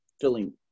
filling